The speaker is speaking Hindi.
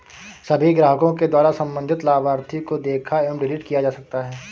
सभी ग्राहकों के द्वारा सम्बन्धित लाभार्थी को देखा एवं डिलीट किया जा सकता है